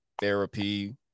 therapy